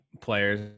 players